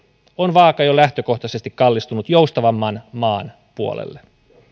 on vaaka jo lähtökohtaisesti kallistunut joustavamman maan puolelle